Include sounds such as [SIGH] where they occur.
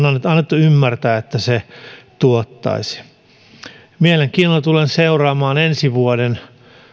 [UNINTELLIGIBLE] on annettu ymmärtää että se tuottaisi mielenkiinnolla tulen seuraamaan ensi vuoden